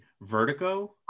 Vertigo